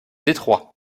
détroit